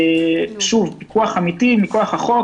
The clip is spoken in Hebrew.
שוב פיקוח אמיתי מכוח החוק,